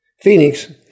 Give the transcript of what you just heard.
Phoenix